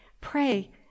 pray